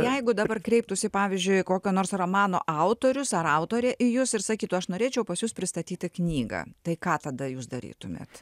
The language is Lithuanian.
jeigu dabar kreiptųsi pavyzdžiui kokio nors romano autorius ar autorė į jus ir sakytų aš norėčiau pas jus pristatyti knygą tai ką tada jūs darytumėt